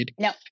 No